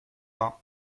vingt